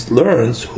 learns